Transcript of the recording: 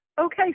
okay